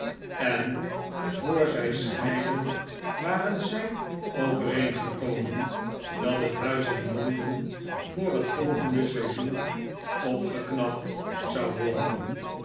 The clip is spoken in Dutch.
en voor zij scheidden waren zij overeengekomen dat het huis in londen voor het volgende seizoen opgeknapt zou worden